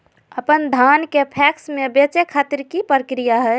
अपन धान के पैक्स मैं बेचे खातिर की प्रक्रिया हय?